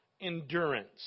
endurance